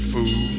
Fool